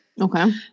Okay